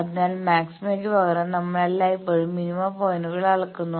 അതിനാലാണ് മാക്സിമയ്ക്ക് പകരം നമ്മൾ എല്ലായ്പ്പോഴും മിനിമ പോയിന്റുകൾ അളക്കുന്നത്